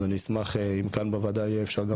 אז אני אשמח אם כאן בוועדה יהיה אפשר גם